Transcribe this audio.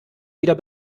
wieder